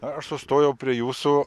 aš sustojau prie jūsų